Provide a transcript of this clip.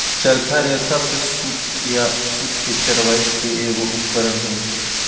चरखा रेशा से सूत या सूत के चरावय के एगो उपकरण हइ